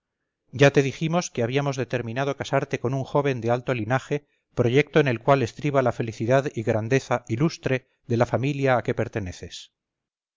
ya te dijimos que habíamos determinado casarte con un joven de alto linaje proyecto en el cual estriba la felicidad y grandeza y lustre de la familia a que perteneces